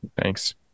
Thanks